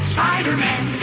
Spider-Man